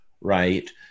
right